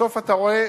בסוף אתה רואה